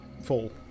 fall